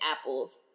apples